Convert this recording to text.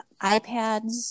ipads